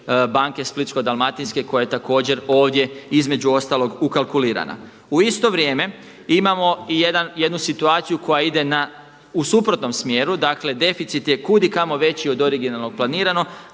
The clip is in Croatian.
banke Splitsko-dalmatinske koja je također ovdje između ostalog ukalkulirana. U isto vrijeme imamo i jednu situaciju koja ide u suprotnom smjeru. Dakle, deficit je kud i kamo veći od originalno planiranog,